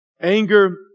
Anger